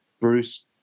Bruce